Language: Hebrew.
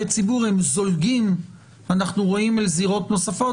ציבור הם זולגים אל זירות נוספות,